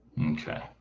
Okay